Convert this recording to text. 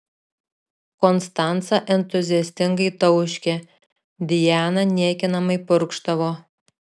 konstanca entuziastingai tauškė diana niekinamai purkštavo